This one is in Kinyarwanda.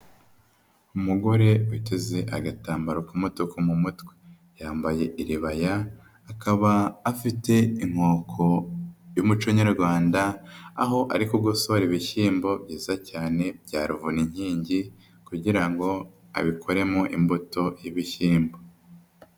Umugore uteze agatambaro k'umutuku mu mutwe. Yambaye iribaya, akaba afite inkoko y'umuco nyarwanda, aho ari kugosora ibishyimbo byiza cyane bya ruvuna inkingi kugira ngo abikoremo imbuto y'ibishyimbo.